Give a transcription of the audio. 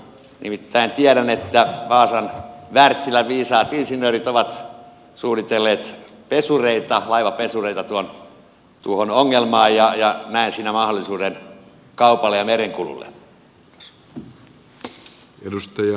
nimittäin tiedän että vaasan wärtsilän viisaat insinöörit ovat suunnitelleet laivapesureita tuohon ongelmaan ja näen siinä mahdollisuuden kaupalle ja merenkululle